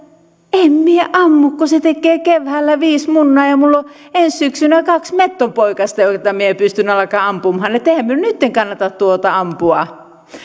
en minä ammu kun se tekee keväällä viisi munaa ja ja minulla on ensi syksynä kaksi metsonpoikasta joita minä pystyn alkamaan ampumaan että eihän minun nyt kannata tuota ampua